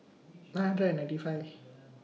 nine hundred and ninety five